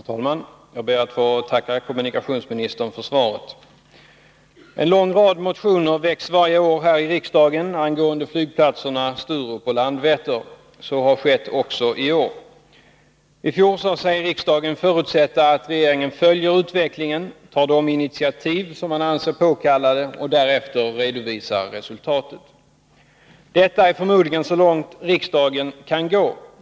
Herr talman! Jag ber att få tacka kommunikationsministern för svaret. En lång rad motioner väcks varje år här i riksdagen angående flygplatserna Sturup och Landvetter. Så har skett också i år. I fjol sade sig riksdagen förutsätta att regeringen följer utvecklingen, tar de initiativ som man anser påkallade och därefter redovisar resultatet. Detta är förmodligen så långt riksdagen kan gå.